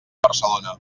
barcelona